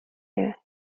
you